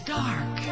dark